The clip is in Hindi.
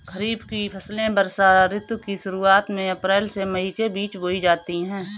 खरीफ की फसलें वर्षा ऋतु की शुरुआत में अप्रैल से मई के बीच बोई जाती हैं